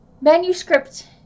manuscript